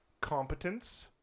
competence